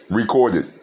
recorded